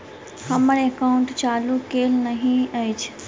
हम्मर एकाउंट चालू केल नहि अछि?